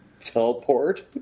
teleport